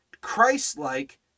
christ-like